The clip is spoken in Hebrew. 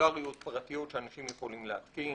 פרטיקולריות פרטיות שאנשים יכולים להתקין.